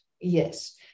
yes